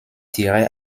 tirait